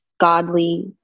godly